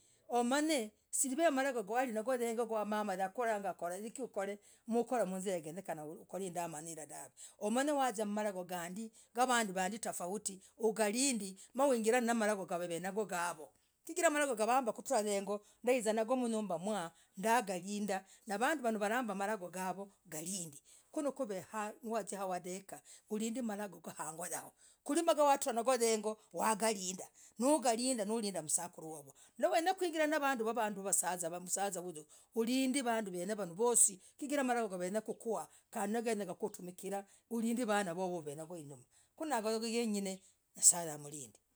Humany siriamago gwalinayo heng'oo kwa mamah yakoragah, korahikii ukore kwahizirah indamanuu dahv. wakuzia mmalagoo gandii navanduu vandii tofauti. ugarindii naungirammalahgoo, gandii, chigirah marogowagambaah. kutrah heng'oo. ndaiza nagoo mnyumbah mwaaaah ndagalindah, navanduu vanooh galind ulindelilagoo khoo girind kunagoo yeng'ine nye'sa haralinde.